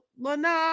Lana